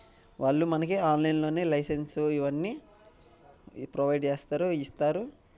వాళ్ళు మనకి ఆన్లైన్లోనే లైసెన్సు ఇవన్నీ ప్రొవైడ్ చేస్తారు ఇస్తారు